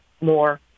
more